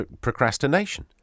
procrastination